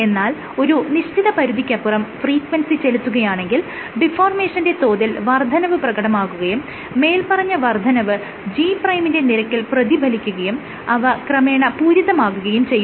എന്നാൽ ഒരു നിശ്ചിത പരിധിക്കപ്പുറം ഫ്രീക്വൻസി ചെലുത്തുകയാണെങ്കിൽ ഡിഫോർമേഷന്റെ തോതിൽ വർദ്ധനവ് പ്രകടമാകുകയും മേല്പറഞ്ഞ വർദ്ധനവ് G' ന്റെ നിരക്കിൽ പ്രതിഫലിക്കുകയും അവ ക്രമേണ പൂരിതമാകുകയും ചെയ്യുന്നു